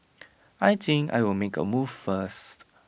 I think I will make A move first